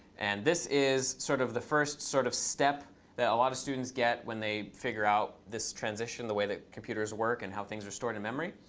and this is sort of the first sort of step that a lot of students get when they figure out this transition, the way that computers work, and how things are stored in memory.